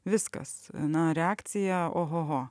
viskas na reakcija ohoho